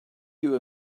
you